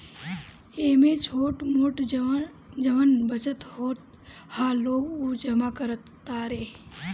एमे छोट मोट जवन बचत होत ह लोग उ जमा करत तारे